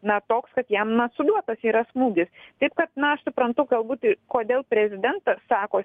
na toks kad jam na suduotas yra smūgis taip kad na aš suprantu galbūt kodėl prezidentas sako